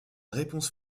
réponse